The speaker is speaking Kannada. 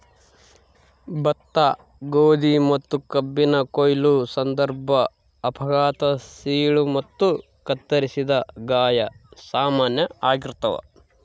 ಭತ್ತ ಗೋಧಿ ಮತ್ತುಕಬ್ಬಿನ ಕೊಯ್ಲು ಸಂದರ್ಭ ಅಪಘಾತ ಸೀಳು ಮತ್ತು ಕತ್ತರಿಸಿದ ಗಾಯ ಸಾಮಾನ್ಯ ಆಗಿರ್ತಾವ